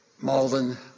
Malden